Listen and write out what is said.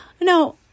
No